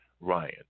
Ryan